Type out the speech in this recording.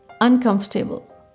uncomfortable